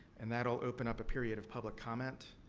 and, that will open up a period of public comment.